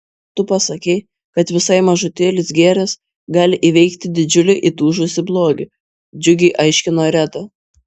tu pasakei kad visai mažutėlis gėris gali įveikti didžiulį įtūžusį blogį džiugiai aiškino reda